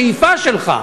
השאיפה שלך,